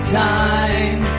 time